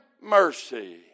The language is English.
mercy